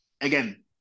again